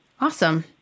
Awesome